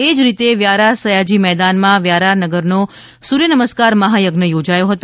એ જ રીતે વ્યારા સયાજી મેદાનમાં વ્યારા નગરનો સૂર્ય નમસ્કાર મહાયજ્ઞ યોજાયો હતો